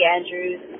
Andrews